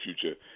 future